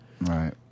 Right